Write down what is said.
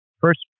First